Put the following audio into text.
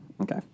Okay